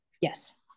Yes